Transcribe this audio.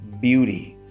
beauty